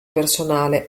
personale